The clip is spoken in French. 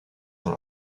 dans